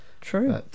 true